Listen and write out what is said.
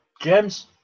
James